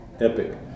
epic